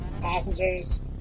Passengers